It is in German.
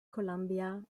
columbia